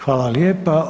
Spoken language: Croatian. Hvala lijepa.